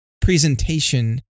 presentation